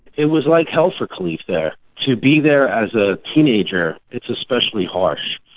it was like hell for kalief there. to be there as a teenager it's especially harsh.